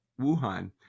Wuhan